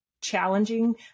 challenging